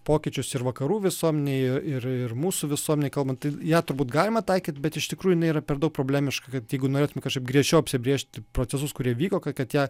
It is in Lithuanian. pokyčius ir vakarų visuomenėje ir ir mūsų visuomenėj kalbant taip ją turbūt galima taikyti bet iš tikrųjų jinai yra per daug problemiška kad jeigu norėtume kažkaip griežčiau apsibrėžti procesus kurie vyko kad ją